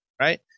right